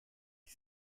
des